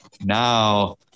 now